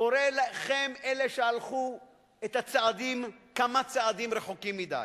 קורא לכם, אלה שהלכו כמה צעדים רחוקים מדי.